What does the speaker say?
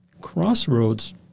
Crossroads